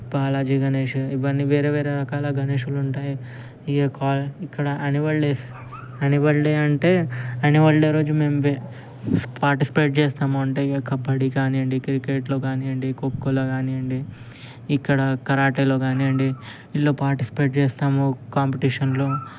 బాలాజీ గణేష్ ఇవన్నీ వేరే వేరే రకాల గణేషులు ఉంటాయి ఇక్కడ కా ఇక్కడ అన్యువల్ డేస్ అన్యువల్ డే అంటే అన్యువల్ డే రోజు మేము పాటిస్పేట్ చేస్తాము అంటే ఇంకా కబడ్డీలో కానివ్వండి క్రికెట్లో కానివ్వండి ఖోఖోలో కానివ్వండి ఇక్కడ కరాటిలో కానివ్వండి అందులో పార్టిసిపేట్ చేస్తాను కాంపిటేషన్లో